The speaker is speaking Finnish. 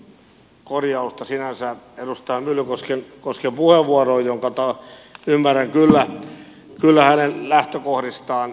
ihan pari korjausta sinänsä edustaja myllykosken puheenvuoroon jonka ymmärrän kyllä hänen lähtökohdistaan